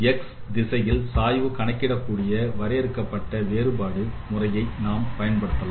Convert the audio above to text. x திசையில் சாய்வு கணக்கிடக்கூடிய வரையறுக்கப்பட்ட வேறுபாடு முறையை நாம் பயன்படுத்தலாம்